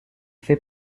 fait